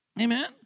Amen